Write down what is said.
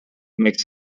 makes